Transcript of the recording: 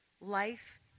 Life